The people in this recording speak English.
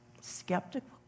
skeptical